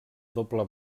doble